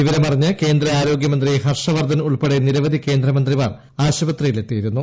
വിവരമറിഞ്ഞ് കേന്ദ്ര ആരോഗ്യ മന്ത്രി ഹർഷ വർദ്ധൻ ഉൾപ്പെടെ നിരവധി കേന്ദ്രമന്ത്രിമാർ ആശുപത്രിയിൽ എത്തിയിരുന്നു